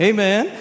Amen